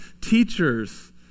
teachers